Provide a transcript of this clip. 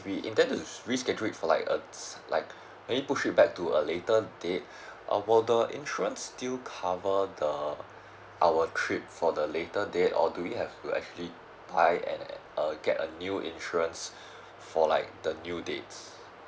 we intend to reschedule uh it's like a like maybe push it back to a later date uh will the insurance still cover the our trip for the later date or do we have to actually buy an uh get a new insurance for like the new dates